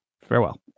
Farewell